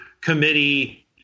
committee